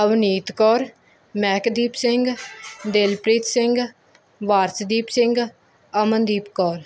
Avneet Kaur Mehakdeep Singh Dilpreet Singh Warisdeep Singh Amandeep Kaur